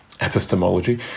epistemology